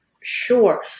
Sure